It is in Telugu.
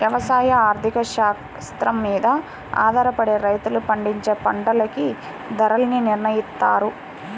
యవసాయ ఆర్థిక శాస్త్రం మీద ఆధారపడే రైతులు పండించే పంటలకి ధరల్ని నిర్నయిత్తారు